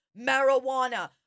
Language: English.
marijuana